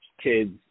kids